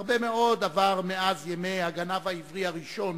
הרבה מאוד עבר מאז ימי הגנב העברי הראשון,